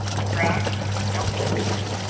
the crowd melted away,